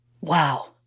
Wow